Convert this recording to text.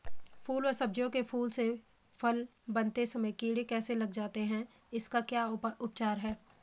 फ़ल व सब्जियों के फूल से फल बनते समय कीड़े कैसे लग जाते हैं इसका क्या उपचार है?